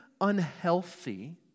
unhealthy